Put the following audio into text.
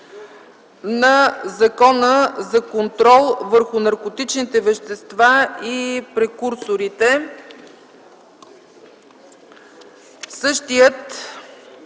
на Закона за контрол върху наркотичните вещества и прекурсорите,